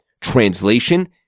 Translation